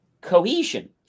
cohesion